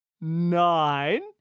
Nine